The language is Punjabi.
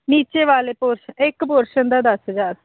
ਨੀਚੇ ਵਾਲੇ ਪੋਰਸ਼ਨ ਇੱਕ ਪੋਰਸ਼ਨ ਦਾ ਦਸ ਹਜ਼ਾਰ